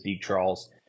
Charles